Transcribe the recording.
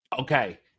okay